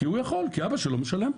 כי הוא יכול, כי אבא שלו משלם.